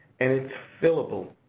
and it's fillable,